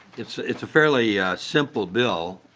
it's it's a fairly simple bill.